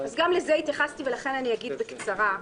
אז גם לזה התייחסתי ולכן אגיד בקצרה.